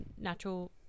natural